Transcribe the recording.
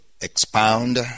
expound